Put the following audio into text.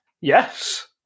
Yes